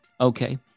Okay